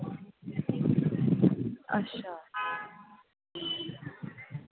अच्छा